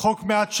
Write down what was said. חוק מעט שונה,